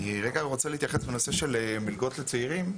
אני רגע רוצה להתייחס לנושא של מלגות לצעירים.